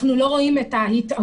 אנחנו לא רואים היטמעות.